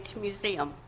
Museum